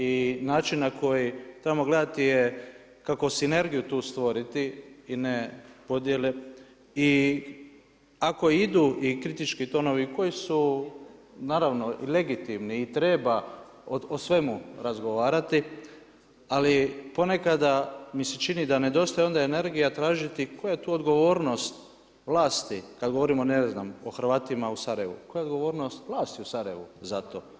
I način na koji tamo gledati je, kako sinergiju tu stvoriti i ne podjele, i ako idu i kritički tonovi, koji su naravno i legitimni i treba o svemu razgovarati, ali ponekada mi se čini da nedostaje onda energije tražiti koja je tu odgovornost vlasti kad govorimo ne znam, o Hrvatima u Sarajevu, koja je odgovornost vlasti u Sarajevu za to.